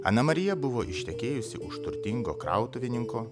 ana marija buvo ištekėjusi už turtingo krautuvininko